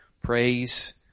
praise